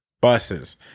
buses